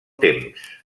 temps